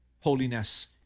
holiness